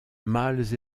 mâles